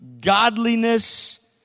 godliness